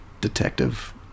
Detective